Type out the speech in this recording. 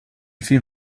film